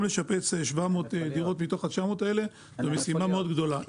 לשפץ 17 דירות מתוך 900 האלה זאת משימה מאוד גדולה.